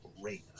great